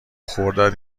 خرداد